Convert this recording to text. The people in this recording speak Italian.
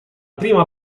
prima